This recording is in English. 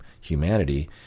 humanity